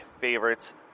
favorites